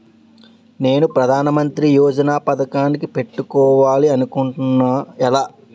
నేను ప్రధానమంత్రి యోజన పథకానికి పెట్టుకోవాలి అనుకుంటున్నా ఎలా?